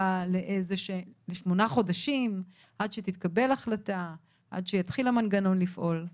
לכמה חודשים עד שתתקבל החלטה ועד שיתחיל המנגנון לפעול,